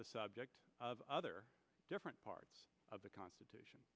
the subject of other different parts of the constitution